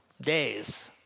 days